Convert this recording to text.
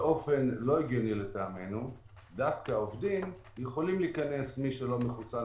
באופן לא הגיוני דווקא עובדים שהם לא מחוסנים,